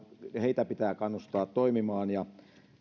heitä pitää kannustaa toimimaan